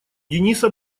дениса